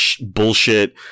bullshit